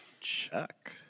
check